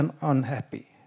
unhappy